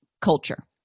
culture